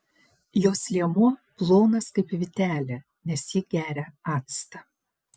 jos liemuo plonas kaip vytelė nes ji geria actą